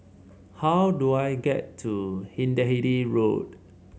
how do I get to Hindhede Road